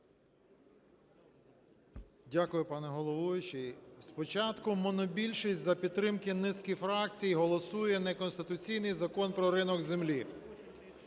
Дякую, пане головуючий. Спочатку монобільшість за підтримки низки фракцій голосує неконституційний Закон про ринок землі,